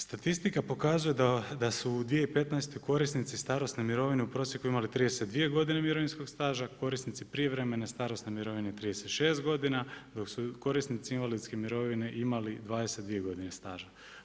Statistika pokazuje da su u 2015. korisnici starosne mirovne u prosjeku imali 32 godine mirovinskog staža, korisnici prijevremene starosne mirovine 36 godina, dok su korisnici invalidske mirovine imali 22 godine staža.